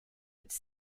its